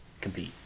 compete